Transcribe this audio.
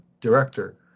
director